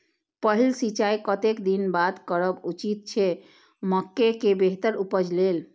पहिल सिंचाई कतेक दिन बाद करब उचित छे मके के बेहतर उपज लेल?